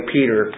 Peter